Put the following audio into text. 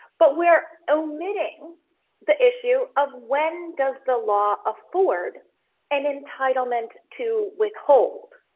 but we're omitting the issue of when does the law afford an entitlement to withhold?